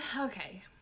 okay